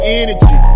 energy